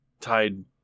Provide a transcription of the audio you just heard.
tied